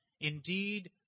Indeed